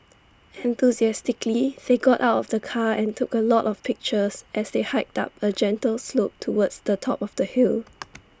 enthusiastically they got out of the car and took A lot of pictures as they hiked up A gentle slope towards the top of the hill